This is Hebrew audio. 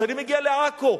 כשאני מגיע לעכו,